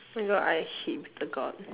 oh my god I hate bitter gourd